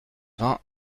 vingts